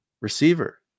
Receiver